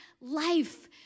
life